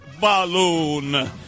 balloon